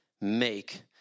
make